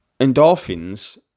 Endorphins